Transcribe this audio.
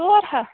ژور ہَتھ